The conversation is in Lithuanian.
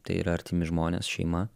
tai yra artimi žmonės šeima